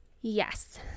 Yes